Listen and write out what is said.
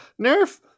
nerf